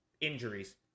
injuries